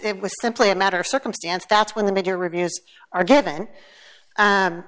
it was simply a matter of circumstance that's when the major reviews are given